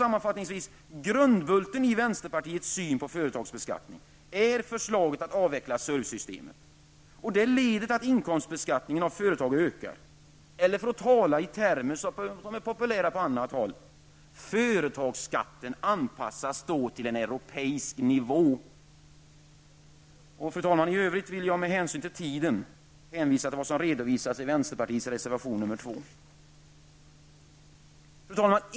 Sammanfattningsvis: Grundbulten i fråga om vänsterpartiets syn på företagsbeskattningen är förslaget om att SURV systemet skall avvecklas. Det skulle leda till en ökad inkomstbeskattning av företagen eller till, för att tala i termer som är populära på annat håll, att företagsskatten anpassas till den europeiska nivån. Av hänsyn till kammarens planering hänvisar jag i övrigt till redovisningen i vänsterpartiets reservation 2.